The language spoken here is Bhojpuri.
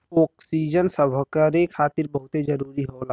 ओक्सीजन सभकरे खातिर बहुते जरूरी होला